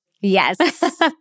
Yes